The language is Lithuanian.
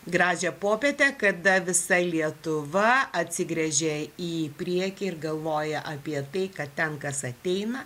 gražią popietę kada visa lietuva atsigręžia į priekį ir galvoja apie tai kad ten kas ateina